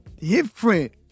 different